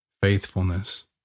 faithfulness